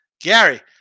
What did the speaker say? Gary